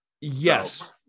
Yes